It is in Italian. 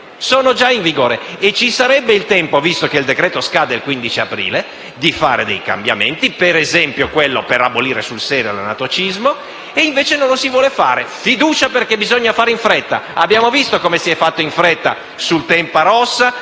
sono già in vigore. Ci sarebbe il tempo - visto che il decreto-legge scade il 15 aprile - di fare alcuni cambiamenti, per esempio, abolire sul serio l'anatocismo, e invece non lo si vuole fare: si pone la fiducia perché si deve fare in fretta. Abbiamo visto come si è fatto in fretta sul Tempa Rossa